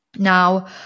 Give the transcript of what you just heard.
Now